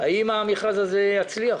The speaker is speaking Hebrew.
האם המכרז הזה יצליח